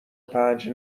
پنج